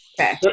Okay